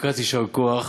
ברכת יישר כוח.